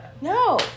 No